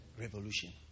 revolution